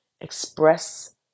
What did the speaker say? express